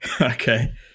Okay